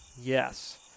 yes